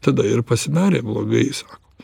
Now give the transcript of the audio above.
tada ir pasidarė blogai sako